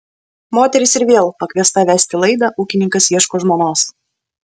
moteris ir vėl pakviesta vesti laidą ūkininkas ieško žmonos